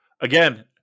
again